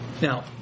Now